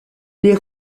les